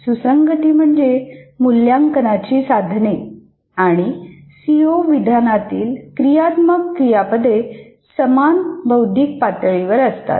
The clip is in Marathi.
सुसंगती म्हणजे मूल्यांकनाची साधने आणि सीओ विधानातील क्रियात्मक क्रियापदे समान बौद्धिक पातळीवर असतात